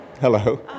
Hello